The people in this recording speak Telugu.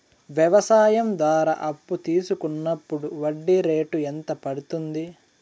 వ్యవసాయం ద్వారా అప్పు తీసుకున్నప్పుడు వడ్డీ రేటు ఎంత పడ్తుంది